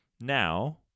Now